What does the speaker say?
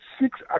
six